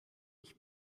ich